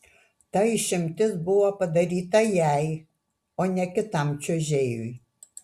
ta išimtis buvo padaryta jai o ne kitam čiuožėjui